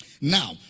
Now